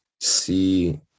see